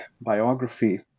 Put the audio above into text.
biography